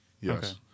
yes